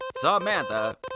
Samantha